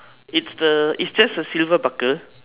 it's the is just the silver bucker